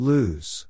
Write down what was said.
Lose